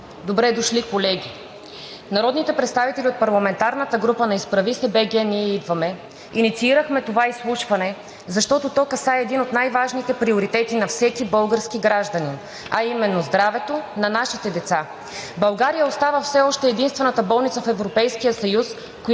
Добре дошли, колеги! Народните представители от парламентарната група на „Изправи се БГ! Ние идваме!“ инициирахме това изслушване, защото то касае един от най-важните приоритети на всеки български гражданин, а именно здравето на нашите деца. България остава все още единствената страна в Европейския съюз,